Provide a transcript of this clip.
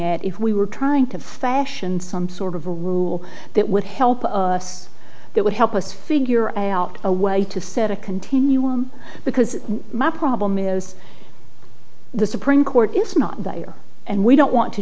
at if we were trying to fashion some sort of a rule that would help us that would help us figure out a way to set a continuum because my problem is the supreme court is not there and we don't want to